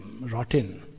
rotten